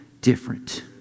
different